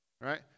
right